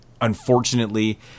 Unfortunately